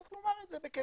צריך לומר את זה בכנות.